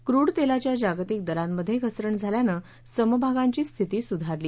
crude तेलाच्या जागतिक दरांमधे घसरण झाल्यानं समभागांची स्थिती सुधारली